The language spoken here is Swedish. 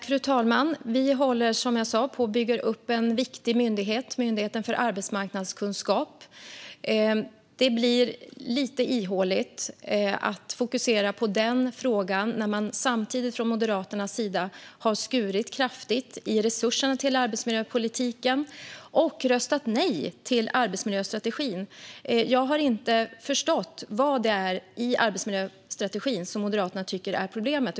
Fru talman! Vi håller som sagt på och bygger upp en viktig myndighet, Myndigheten för arbetsmiljökunskap. Det blir lite ihåligt när Moderaterna fokuserar på den frågan samtidigt som man har skurit kraftigt i resurserna till arbetsmiljöpolitiken och röstat nej till arbetsmiljöstrategin. Jag har inte förstått vad i arbetsmiljöstrategin som Moderaterna tycker är problemet.